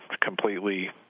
completely